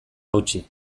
hautsi